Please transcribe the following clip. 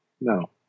no